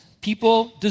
people